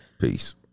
Peace